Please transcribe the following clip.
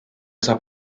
saab